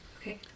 Okay